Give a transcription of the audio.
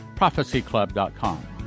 ProphecyClub.com